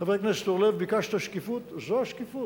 חבר הכנסת אורלב, ביקשת שקיפות, זו השקיפות.